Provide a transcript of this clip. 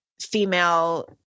female